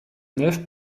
nef